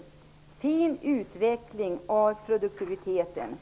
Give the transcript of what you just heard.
Man har en fin utveckling av produktiviteten